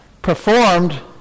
Performed